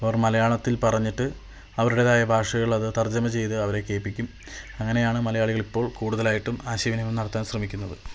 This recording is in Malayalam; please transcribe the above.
ഇപ്പം അവർ മലയാളത്തില് പറഞ്ഞിട്ട് അവരുടേതായ ഭാഷകൾ അത് തര്ജ്ജിമ ചെയ്ത് അവരെ കേൾപ്പിക്കും അങ്ങനെയാണ് മലയാളികള് ഇപ്പോള് കൂടുതലായിട്ടും ആശയവിനിമയം നടത്താന് ശ്രമിക്കുന്നത്